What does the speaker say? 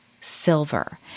silver